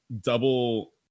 double